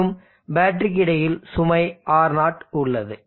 மேலும் பேட்டரிக்கு இடையில் சுமை R0 உள்ளது